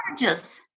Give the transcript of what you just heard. gorgeous